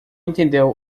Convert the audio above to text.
entendeu